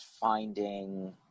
finding